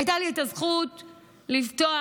הייתה לי הזכות לפתוח